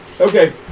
Okay